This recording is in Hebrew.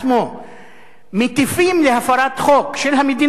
מטיפים להפרת חוק של המדינה, הכובשת אומנם?